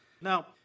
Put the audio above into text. Now